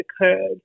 occurred